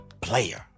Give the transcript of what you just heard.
player